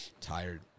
tired